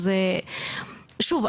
אז שוב,